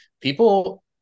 people